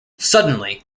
suddenly